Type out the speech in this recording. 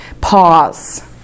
Pause